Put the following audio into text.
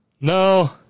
no